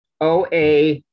OA